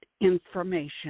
information